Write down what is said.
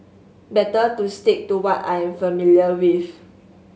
better to stick to what I am familiar with